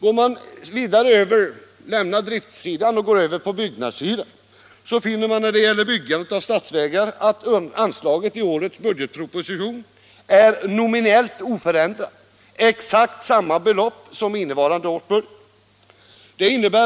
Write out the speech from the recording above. Om man så lämnar driftsidan och går över till byggnadssidan finner man när det gäller byggandet av statsvägar att anslaget i årets budgetproposition är nominellt oförändrat och upptar exakt samma belopp som innevarande års budget.